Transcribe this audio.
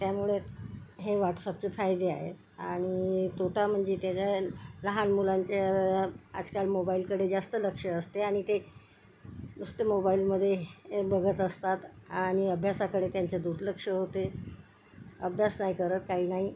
त्यामुळे हे व्हॉटस्अपचे फायदे आहेत आणि तोटा म्हणजे त्याचा लहान मुलांचं आजकाल मोबाइलकडे जास्त लक्ष असते आणि ते नुसते मोबाइलमध्ये बघत असतात आणि अभ्यासाकडे त्यांचं दुर्लक्ष होते अभ्यास नाही करत काही नाही